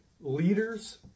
Leaders